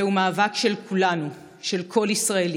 זהו מאבק של כולנו, של כל ישראלי,